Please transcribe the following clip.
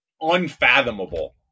unfathomable